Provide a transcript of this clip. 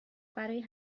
برای